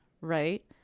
right